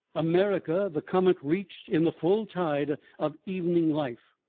america the comet reached in the full tide of evening life,